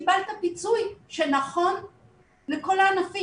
קיבלת פיצוי שנכון לכל הענפים,